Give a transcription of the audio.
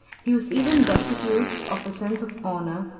he was even destitute of a sense of honor,